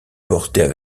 portaient